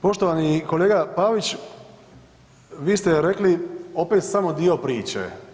Poštovani kolega Pavić, vi ste rekli opet samo dio priče.